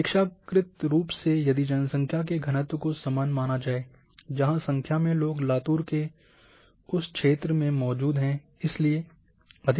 अपेक्षाकृत रूप से यदि जनसंख्या के घनत्व को समान माना जाए समान संख्या में लोग लातूर के उस क्षेत्र मौजूद हैं इसलिए अधिक संख्या में मौतें हुई होंगी